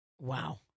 Wow